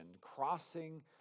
crossing